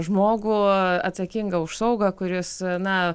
žmogų atsakingą už saugą kuris na